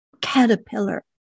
caterpillar